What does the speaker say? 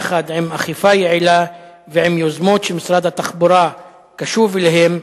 יחד עם אכיפה יעילה ועם יוזמות שמשרד התחבורה קשוב אליהן,